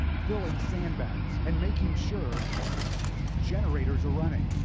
filling sandbags and making sure generators are running.